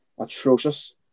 Atrocious